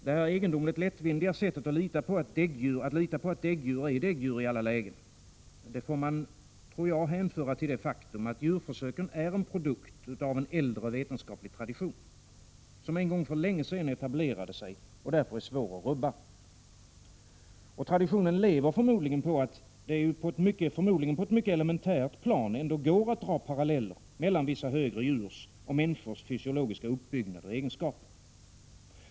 Detta egendomligt lättvindiga sätt att lita på att däggdjur är däggdjur i alla lägen tror jag man får hänföra till det faktum att djurförsöken är en produkt av en äldre vetenskaplig tradition, som en gång för länge sedan etablerade sig och som därför är svår att rubba. Traditionen lever förmodligen på att det antagligen på ett mycket elementärt plan ändå går att dra paralleller mellan vissa högre djurs och människors fysiologiska uppbyggnad och egenskaper.